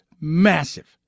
massive